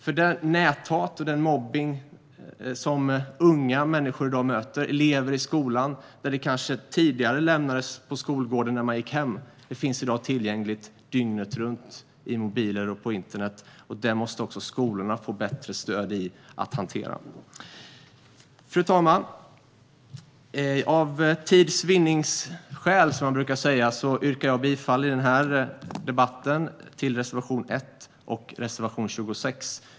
Det näthat och den mobbning som unga människor och elever i skolan i dag möter, som kanske tidigare lämnades på skolgården när de gick hem, finns i dag tillgängligt dygnet runt i mobiler och på internet. Skolorna måste få bättre stöd i att hantera det. Fru talman! För tids vinnande som man brukar säga, yrkar jag i debatten bifall till reservation 1 och reservation 26.